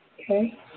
Okay